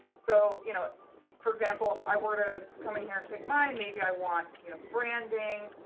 so you know for example, if i were to come in here and pick mine, maybe i want you know branding,